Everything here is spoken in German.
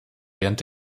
während